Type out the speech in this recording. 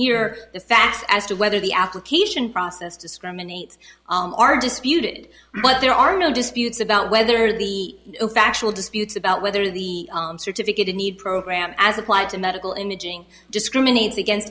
here the facts as to whether the application process discriminates are disputed but there are no disputes about whether the factual disputes about whether the certificate of need program as applied to medical imaging discriminates against